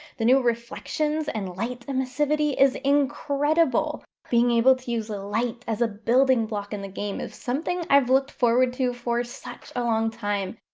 the new reflections and light emissivity is incredible. being able to use light as a building block in the game is something i've looked forward to for such a long time.